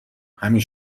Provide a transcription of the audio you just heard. همین